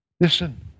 Listen